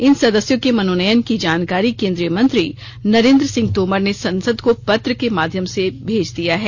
इन सदस्यों के मनोनयन की जानकारी केन्दीय मंत्री नरेंद्र सिंह तोमर ने सांसद को पत्र के माध्यम से भेज दिया है